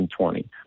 2020